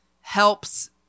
helps